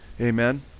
Amen